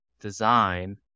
design